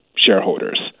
shareholders